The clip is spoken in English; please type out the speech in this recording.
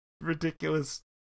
ridiculous